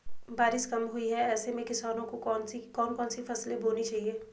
बारिश कम हुई है ऐसे में किसानों को कौन कौन सी फसलें बोनी चाहिए?